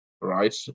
right